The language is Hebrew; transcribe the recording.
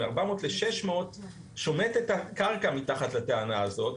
מ-400 ל-600 שומט את הקרקע מתחת לטענה הזאת.